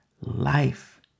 life